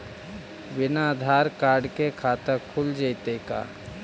बिना आधार कार्ड के खाता खुल जइतै का?